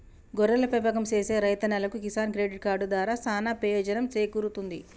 గొర్రెల పెంపకం సేసే రైతన్నలకు కిసాన్ క్రెడిట్ కార్డు దారా సానా పెయోజనం సేకూరుతుంది